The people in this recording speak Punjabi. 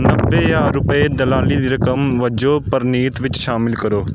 ਨੱਬੇ ਹਜ਼ਾਰ ਰੁਪਏ ਦਲਾਲੀ ਦੀ ਰਕਮ ਵਜੋਂ ਪ੍ਰਨੀਤ ਵਿੱਚ ਸ਼ਾਮਿਲ ਕਰੋ